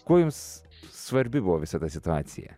kuo jums svarbi buvo visa ta situacija